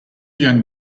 young